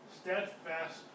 steadfast